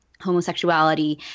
homosexuality